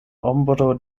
ombro